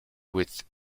with